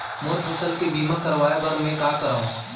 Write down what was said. मोर फसल के बीमा करवाये बर में का करंव?